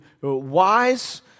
wise